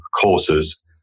courses